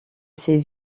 ces